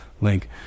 link